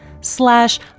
slash